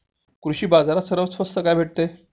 कृषी बाजारात सर्वात स्वस्त काय भेटते?